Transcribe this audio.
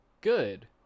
Good